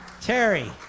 Terry